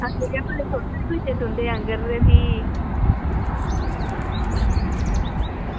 तुंदे आङर भी